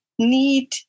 need